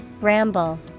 Ramble